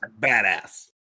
badass